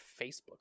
Facebook